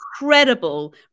incredible